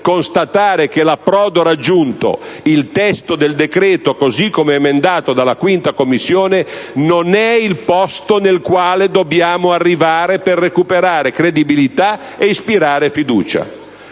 constatare che l'approdo raggiunto - il testo del decreto così come emendato dalla 5a Commissione - non è il posto nel quale dobbiamo arrivare per recuperare credibilità e ispirare fiducia.